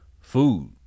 food